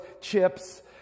chips